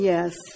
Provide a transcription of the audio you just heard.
Yes